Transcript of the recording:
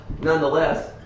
Nonetheless